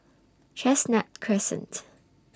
Chestnut Crescent